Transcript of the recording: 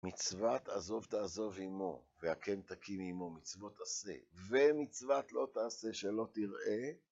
מצוות עזוב תעזוב עמו, והקם תקים עמו מצוות עשה, ומצוות לא תעשה שלא תראה